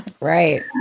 Right